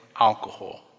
alcohol